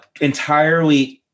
entirely